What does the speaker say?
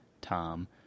Tom